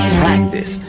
practice